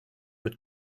mit